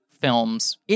films